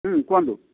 କୁହନ୍ତୁ